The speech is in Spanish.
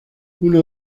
uno